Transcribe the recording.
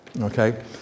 Okay